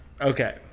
okay